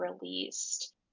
released